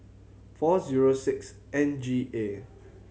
four zero six N G A